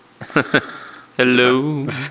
Hello